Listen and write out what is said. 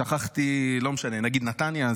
שכחתי, לא משנה, נגיד נתניה?